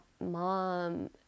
mom